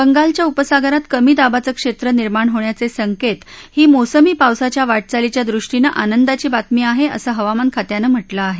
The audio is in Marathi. बंगालच्या उपसागरात कमी दाबाचं क्षेत्र निर्माण होण्याचे संकेत ही मोसमी पावसाच्या वाटचालीच्या दृष्टीनं आनंदाची बातमी आहे असं हवामान खात्यानं म्हटलं आहे